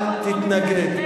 אל תתנגד לזה.